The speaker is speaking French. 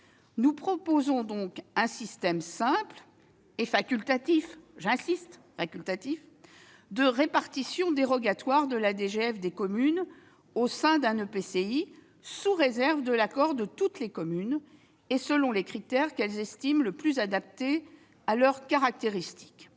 Nous proposons donc un système simple et- j'insiste -facultatif de répartition dérogatoire de la DGF des communes au sein d'un EPCI, sous réserve de l'accord de toutes les communes et selon les critères qu'elles estiment le plus adaptés à leurs caractéristiques.